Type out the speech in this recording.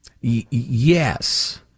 Yes